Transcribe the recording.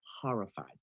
horrified